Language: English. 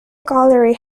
gallery